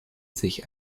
sich